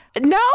No